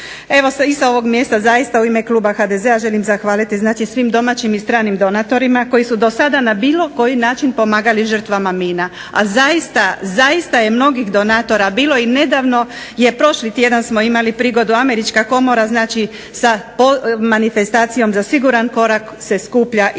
Evo, i sa ovog mjesta u ime Kluba HDZ-a želim zahvaliti svim domaćim i stranim donatorima koji su do sada na bilo koji način pomagali žrtvama mina, a zaista je mnogih donatora bilo i nedavno je prošli tjedan smo imali prigodu, Američka komora znači sa manifestacijom za Siguran korak se skuplja i za